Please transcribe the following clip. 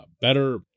better